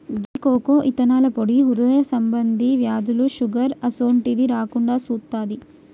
గీ cocoa ఇత్తనాల పొడి హృదయ సంబంధి వ్యాధులు, షుగర్ అసోంటిది రాకుండా సుత్తాది